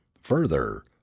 further